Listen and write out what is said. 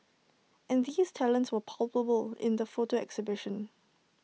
and these talents were palpable in the photo exhibition